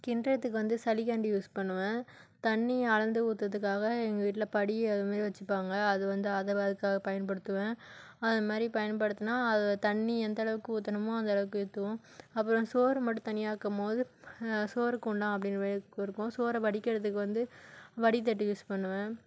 கிண்டுறத்துக்கு வந்து சல்லி கரண்டி யூஸ் பண்ணுவேன் தண்ணியை அளந்து ஊத்தறதுக்காக எங்கள் வீட்டில் படி அது மாதிரி வச்சுப்பாங்க அது வந்து அதை பயன்படுத்துவேன் அது மாதிரி பயன்படுத்துனா அது தண்ணிர் எந்த அளவுக்கு ஊற்றணுமோ அந்த அளவுக்கு ஊற்றுவோம் அப்பறம் சோறு மட்டும் தனியாக ஆக்குமோது சோறு குண்டான் இருக்கும் சோறை வடிக்கிறதுக்கு வந்து வடிதட்டு யூஸ் பண்ணுவேன்